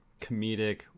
comedic